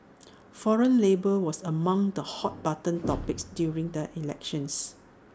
foreign labour was among the hot button topics during the elections